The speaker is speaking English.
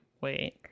wait